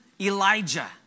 Elijah